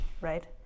right